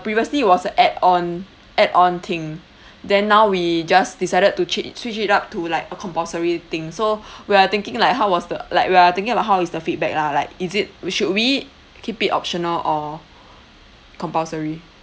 previously it was a add on add on thing then now we just decided to itch~ switch it up to like a compulsory thing so we are thinking like how was the like we are thinking about how is the feedback lah like is it we should we keep it optional or compulsory